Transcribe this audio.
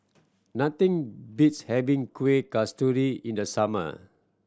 nothing beats having Kuih Kasturi in the summer